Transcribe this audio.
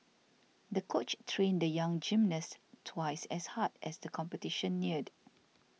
the coach trained the young gymnast twice as hard as the competition neared